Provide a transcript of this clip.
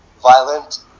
violent